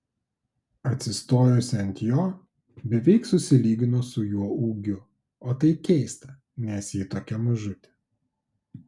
atsistojusi ant jo beveik susilygino su juo ūgiu o tai keista nes ji tokia mažutė